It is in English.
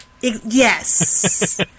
Yes